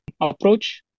approach